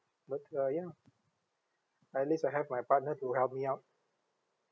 but uh ya at least I have my partner to help me out